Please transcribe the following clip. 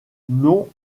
non